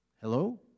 Hello